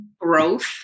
growth